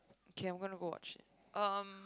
okay I'm gonna go watch it um